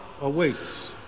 awaits